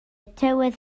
tywydd